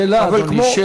שאלה, אדוני.